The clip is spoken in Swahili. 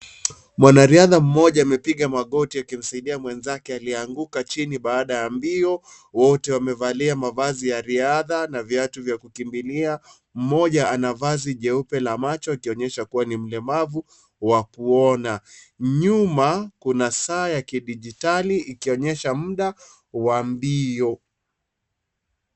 Mwanariadha mmoja amepiga magoti akimsaidia mwenzake aliyeanguka chini baada ya mbio. Wote wamevalia mavazi ya riadha na viatu vya kukimbilia. Mmoja ana vazi jeupe la macho akionyesha kuwa ni mlemavu wa kuona. Nyuma kuna saa ya kidijitali ikionyesha muda wa mbio.